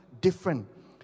different